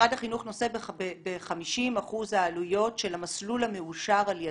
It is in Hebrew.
משרד החינוך נושא ב-50% העלויות של המסלול המאושר על ידו,